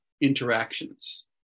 interactions